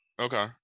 Okay